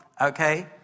okay